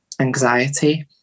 Anxiety